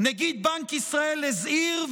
נגיד בנק ישראל הזהיר,